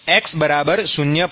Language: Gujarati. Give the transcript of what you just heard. x0 પર